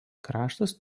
kraštas